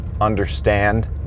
understand